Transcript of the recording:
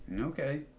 Okay